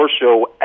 show